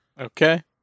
Okay